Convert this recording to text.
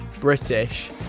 British